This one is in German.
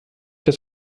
das